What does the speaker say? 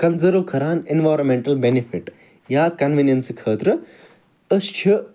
conserve کران environmental benefit یا convenience خٲطرٕ أسۍ چھِ